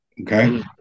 okay